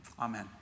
Amen